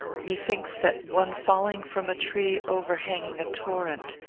methinks, that one falling from a tree overhanging a torrent,